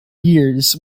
years